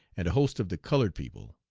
and a host of the colored people.